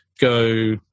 go